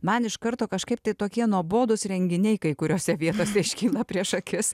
man iš karto kažkaip tai tokie nuobodūs renginiai kai kuriose vietose iškyla prieš akis